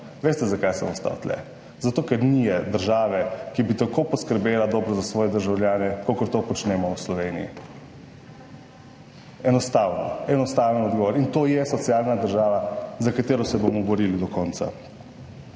veste, zakaj sem ostal tu - zato, ker je ni države, ki bi tako dobro poskrbela za svoje državljane, kakor to počnemo v Sloveniji. Enostaven odgovor. In to je socialna država, za katero se bomo borili do konca.